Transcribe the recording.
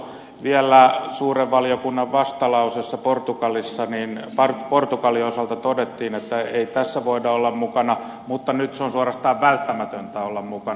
vielä suuren valiokunnan vastalauseessa portugalin osalta todettiin että ei tässä voida olla mukana mutta nyt on suorastaan välttämätöntä olla mukana